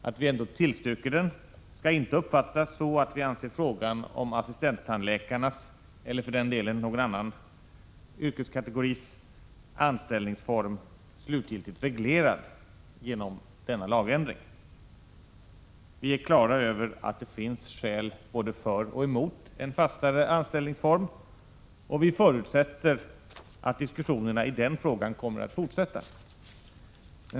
Att vi ändå tillstyrker den skall inte uppfattas som att vi anser frågan om assistenttandläkarnas, eller för den delen någon annan yrkeskategoris, anställningsform slutgiltigt reglerad genom denna lagändring. Vi är klara över att det finns skäl både för och emot en fastare anställningsform, och vi förutsätter att diskussionerna i den frågan kommer att fortsätta.